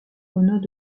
renaud